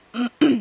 yeah